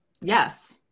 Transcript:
Yes